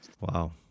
Wow